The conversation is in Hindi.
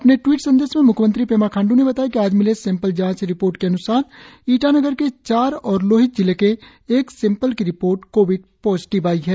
अपने ट्वीट संदेश में मुख्यमंत्री पेमा खांडू ने बताया कि आज मिले सेंपल जांच रिपोर्ट के अन्सार ईटानगर के चार और लोहित जिले के एक सेंपल की रिपोर्ट कोविड पॉजिटिव आई है